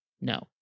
No